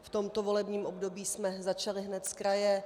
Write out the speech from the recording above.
V tomto volebním období jsme začali hned zkraje.